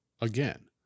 again